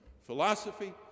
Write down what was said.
Philosophy